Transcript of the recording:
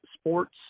sports